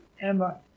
Emma